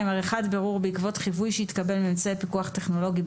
עריכת בירור בעקבות חיווי שהתקבל מאמצעי פיקוח טכנולוגי,